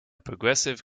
progressive